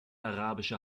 arabische